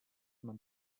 man